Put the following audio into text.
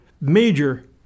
major